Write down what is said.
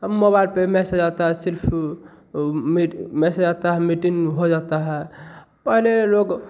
अब मोबाइल पे मेसेज आता है सिर्फ़ मीट मेसेज आता है मीटिंग हो जाता है पहले लोग